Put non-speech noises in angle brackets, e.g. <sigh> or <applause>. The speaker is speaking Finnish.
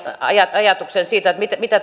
ajatuksen siitä mitä <unintelligible>